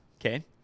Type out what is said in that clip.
Okay